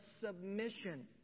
submission